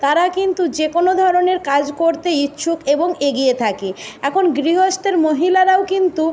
তারা কিন্তু যে কোনো ধরণের কাজ করতে ইচ্ছুক এবং এগিয়ে থাকে এখন গৃহস্থের মহিলারাও কিন্তু